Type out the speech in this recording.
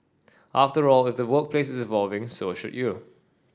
after all if the workplace is evolving so should you